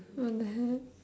what the hell